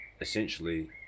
essentially